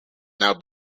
now